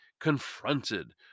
confronted